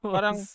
Parang